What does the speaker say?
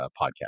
podcast